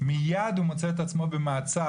מייד הוא מוצא את עצמו במעצר.